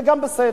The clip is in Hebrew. זה גם בסדר.